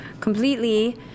completely